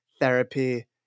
Therapy